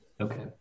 Okay